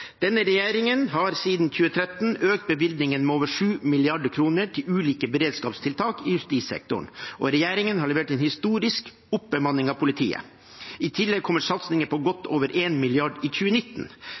Denne regjeringen har siden 2013 økt bevilgningen med over 7 mrd. kr til ulike beredskapstiltak i justissektoren, og regjeringen har levert en historisk oppbemanning av politiet. I tillegg kommer satsinger på